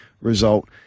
result